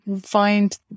find